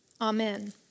Amen